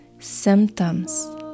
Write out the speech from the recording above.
Symptoms